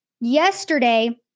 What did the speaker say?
yesterday